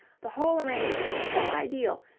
the whole arrangement so ideal,